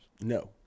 No